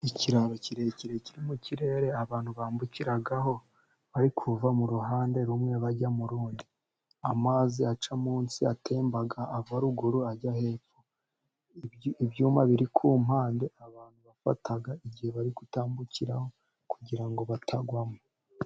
Ikiraro kirekire kiri mu kirere abantu bambukiragaho, bari kuva mu ruhande rumwe bajya mu rundi. Amazi aca munsi atemba, ava ruguru ajya hepfo. Ibyuma biri ku mpande, abantu bafata igihe bari gutambukiraho, kugira ngo batagwamo.